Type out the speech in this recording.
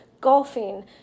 golfing